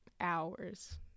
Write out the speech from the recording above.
hours